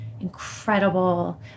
incredible